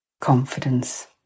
confidence